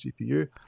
cpu